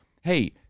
hey